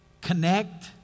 connect